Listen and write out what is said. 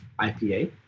IPA